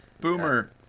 Boomer